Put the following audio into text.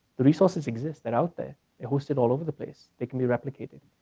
the resources exist, they're out there. they're hosted all over the place. they can be replicated.